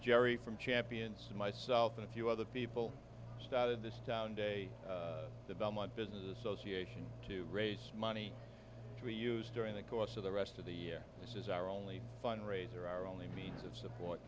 jerry from champions and myself and a few other people started this town day the belmont business association to raise money to use during the course of the rest of the year which is our only fundraiser our only means of support